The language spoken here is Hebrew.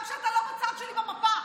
גם כשאתה לא בצד שלי במפה.